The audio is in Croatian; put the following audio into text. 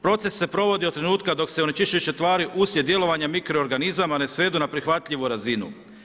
Proces se provodi od trenutka dok se onečišćujuće tvari uslijed djelovanja mikroorganizama ne svedu na prihvatljivu razinu.